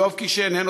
ויואב קיש שאיננו,